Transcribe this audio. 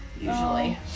usually